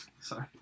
Sorry